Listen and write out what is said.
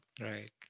right